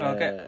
Okay